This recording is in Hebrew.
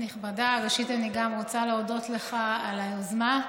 גם אני רוצה להודות לך על היוזמה.